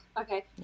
okay